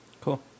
Cool